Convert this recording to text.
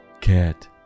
Cat